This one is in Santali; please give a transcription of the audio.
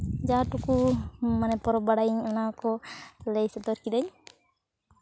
ᱡᱟ ᱴᱩᱠᱩ ᱢᱟᱱᱮ ᱯᱚᱨᱚᱵᱽ ᱵᱟᱲᱟᱭᱟᱹᱧ ᱚᱱᱟ ᱠᱚ ᱞᱟᱹᱭ ᱥᱚᱫᱚᱨ ᱠᱤᱫᱟᱹᱧ